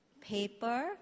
paper